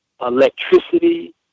electricity